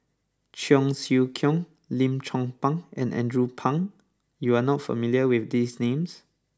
Cheong Siew Keong Lim Chong Pang and Andrew Phang you are not familiar with these names